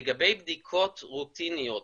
לגבי בדיקות רוטיניות